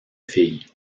fille